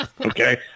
Okay